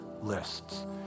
lists